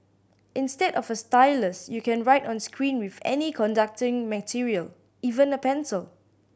instead of a stylus you can write on screen with any conducting material even a pencil